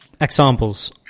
examples